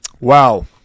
Wow